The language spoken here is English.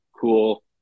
cool